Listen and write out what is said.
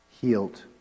healed